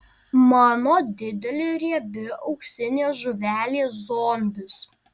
mano didelė riebi auksinė žuvelė zombis